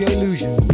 Illusion